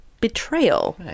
Betrayal